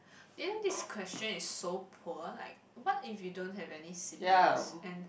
isn't this question is so poor like what if you don't have any siblings and